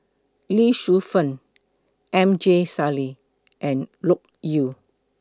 Lee Shu Fen M J Sali and Loke Yew